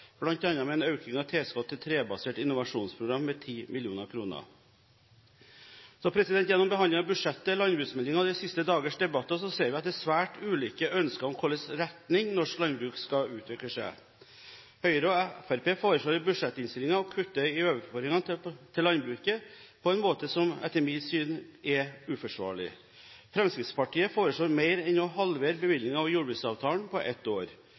med en økning av tilskudd til Trebasert innovasjonsprogram med 10 mill. kr. Gjennom behandlingen av budsjettet, landbruksmeldingen og de siste dagers debatter ser vi at det er svært ulike ønsker om i hvilken retning norsk landbruk skal utvikle seg. Høyre og Fremskrittspartiet foreslår i budsjettinnstillingen å kutte i overføringene til landbruket på en måte som, etter mitt syn, er uforsvarlig. Fremskrittspartiet foreslår mer enn å halvere bevilgningen over jordbruksavtalen – på ett år!